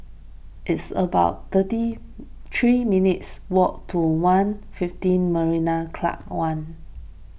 it's about thirty three minutes' walk to one fifteen Marina Club one